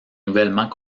nouvellement